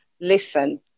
listen